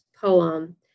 poem